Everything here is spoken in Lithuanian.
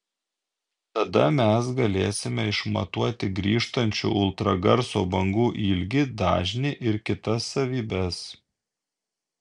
tada mes galėsime išmatuoti grįžtančių ultragarso bangų ilgį dažnį ir kitas savybes